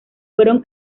fueron